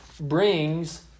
brings